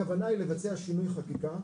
הכוונה היא לבצע שינוי חקיקה,